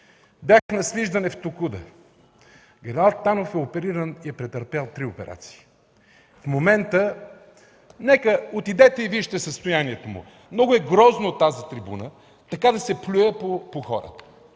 Бях на свиждане в „Токуда”. Генерал Танов е опериран и е претърпял три операции. В момента отидете и вижте състоянието му. Много е грозно от тази трибуна така да се плюе по хората,